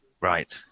Right